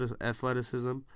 athleticism